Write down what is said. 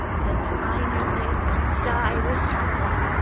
that i may live and die with tamburlaine!